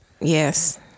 yes